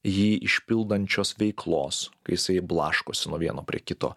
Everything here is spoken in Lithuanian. jį išpildančios veiklos kai jisai blaškosi nuo vieno prie kito